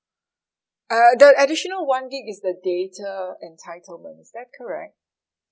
uh the additional one gig is the data entitlement is that correct